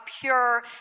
pure